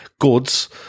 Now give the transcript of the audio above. goods